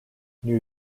new